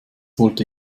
wollte